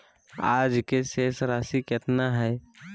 आज के शेष राशि केतना हइ?